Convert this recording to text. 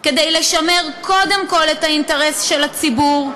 כדי לשמר קודם כול את האינטרס של הציבור,